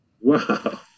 Wow